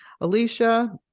Alicia